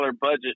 budget